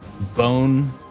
bone